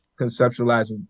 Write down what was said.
conceptualizing